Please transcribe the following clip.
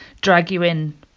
drag-you-in